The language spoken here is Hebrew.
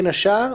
בין השאר,